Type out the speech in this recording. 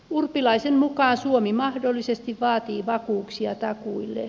urpilaisen mukaan suomi mahdollisesti vaatii vakuuksia takuilleen